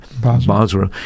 Basra